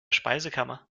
speisekammer